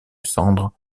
cendre